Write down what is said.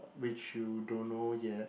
which you don't know yet